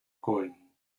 cohen